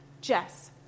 Jess